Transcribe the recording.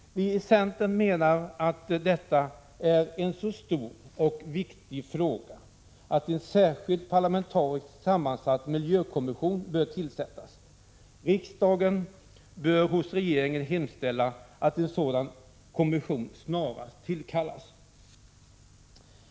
Vi i centern menar att detta är en så stor och viktig fråga att en särskild parlamentariskt sammansatt miljökommission bör tillsättas. Riksdagen bör hos regeringen hemställa att en sådan kommission snarast tillkallas.